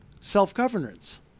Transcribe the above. self-governance